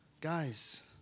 guys